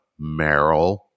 Meryl